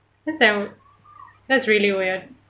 that's damn that's really weird